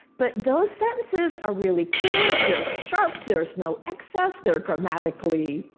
but those sentences are really clear, they're sharp. there's no excess. they're grammatically,